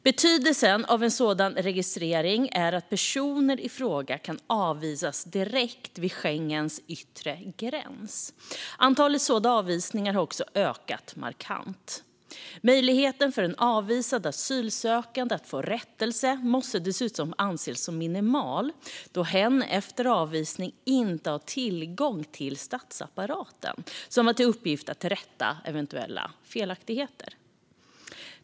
Betydelsen av en sådan registrering är att personerna i fråga kan avvisas direkt vid Schengens yttre gräns. Antalet sådana avvisningar har också ökat markant. Möjligheten för en avvisad asylsökande att få rättelse måste dessutom anses som minimal, då hen efter avvisning inte har tillgång till den statsapparat som har till uppgift att rätta eventuella felaktigheter.